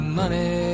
money